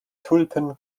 tulpen